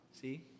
See